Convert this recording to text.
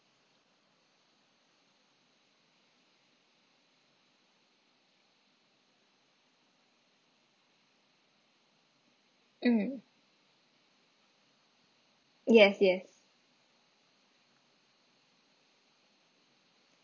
um yes yes